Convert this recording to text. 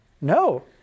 No